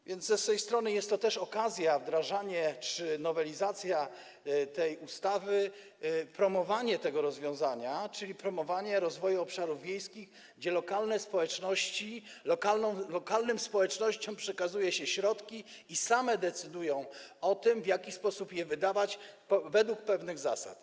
A więc z tej strony jest to też okazja - wdrażanie czy nowelizacja tej ustawy, promowanie tego rozwiązania, czyli promowanie rozwoju obszarów wiejskich, gdzie lokalnym społecznościom przekazuje się środki i one same decydują o tym, w jaki sposób je wydawać, według pewnych zasad.